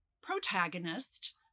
protagonist